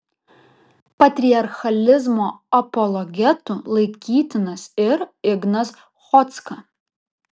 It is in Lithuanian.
patriarchalizmo apologetu laikytinas ir ignas chodzka